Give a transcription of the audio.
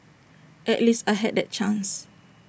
at least I had that chance